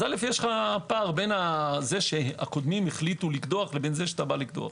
אז יש פער בין זה שהקודמים החליטו לקדוח לבין זה שאתה בא לקדוח.